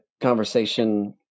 conversation